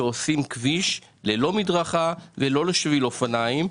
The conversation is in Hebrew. שעושים כביש ללא מדרכה וללא שביל אופניים.